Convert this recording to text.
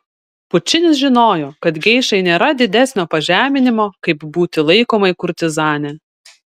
pučinis žinojo kad geišai nėra didesnio pažeminimo kaip būti laikomai kurtizane